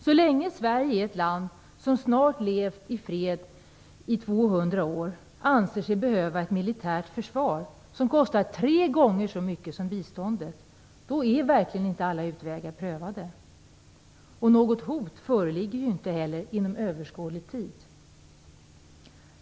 Så länge Sverige, som är ett land som snart levt i fred i 200 år, anser sig behöva ett militärt försvar som kostar tre gånger så mycket som biståndet är verkligen inte alla utvägar prövade. Något hot föreligger ju inte heller inom överskådlig tid.